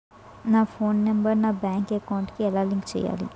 నా phone number నా bank account కి ఎలా లింక్ చేయాలి?